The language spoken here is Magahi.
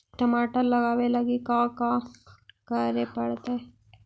टमाटर लगावे लगी का का करये पड़तै?